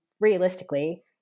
realistically